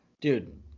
dude